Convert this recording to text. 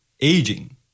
Aging